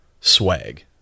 swag